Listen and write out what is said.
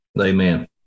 Amen